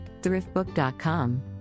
thriftbook.com